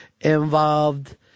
involved